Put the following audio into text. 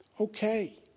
Okay